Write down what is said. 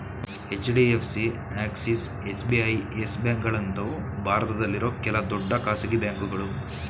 HDFC, Axis, SBI, Yes ಬ್ಯಾಂಕ್ಗಳಂತವು ಭಾರತದಲ್ಲಿರೋ ಕೆಲ ದೊಡ್ಡ ಖಾಸಗಿ ಬ್ಯಾಂಕುಗಳು